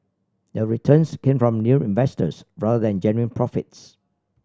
the returns came from new investors rather than genuine profits